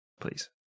Please